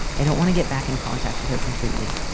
i don't want to get back in contact with her completely.